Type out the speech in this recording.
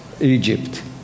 Egypt